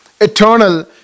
eternal